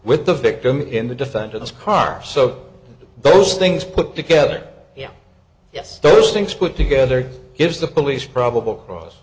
with the victim in the defendant's car so those things put together yes yes those things put together gives the police probable cause